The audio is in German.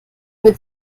mir